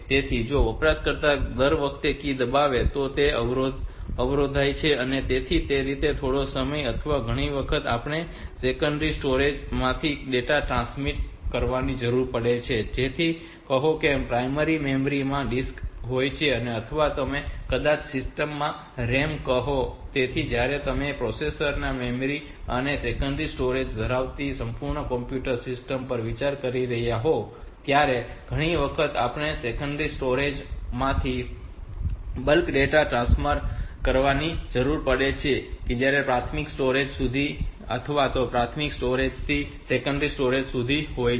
તેથી જો વપરાશકર્તા દર વખતે કી દબાવે તો તે અવરોધાય છે અને તેથી તે રીતે થોડો સમય અથવા ઘણી વખત આપણે સેકન્ડરી સ્ટોરેજ માંથી ડેટા ટ્રાન્સફર કરવાની જરૂર પડે છે જેને કહો કે તે પ્રાઈમરી મેમરી માં ડિસ્ક હોય છે અથવા તમે તેને કદાચ સિસ્ટમ માં રેમ કહો છો તેથી જ્યારે તમે પ્રોસેસર મેમરી અને સેકન્ડરી સ્ટોરેજ ધરાવતી સંપૂર્ણ કોમ્પ્યુટર સિસ્ટમ પર વિચાર કરી રહ્યાં હોવ ત્યારે ઘણી વખત આપણે સેકન્ડરી સ્ટોરેજ માંથી બલ્ક ડેટા ટ્રાન્સફર કરવાની જરૂર પડે છે જે પ્રાથમિક સ્ટોરેજ સુધી અથવા પ્રાથમિક સ્ટોરેજ થી સેકન્ડરી સ્ટોરેજ સુધી હોય છે